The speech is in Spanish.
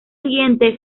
siguiente